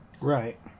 Right